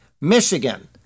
Michigan